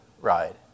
ride